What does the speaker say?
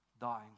dying